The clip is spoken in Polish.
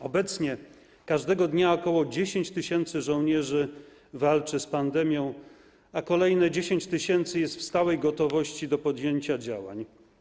Obecnie każdego dnia ok. 10 tys. żołnierzy walczy z pandemią, a kolejne 10 tys. jest w stałej gotowości do podjęcia działań.